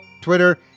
Twitter